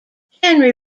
henry